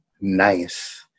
nice